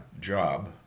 job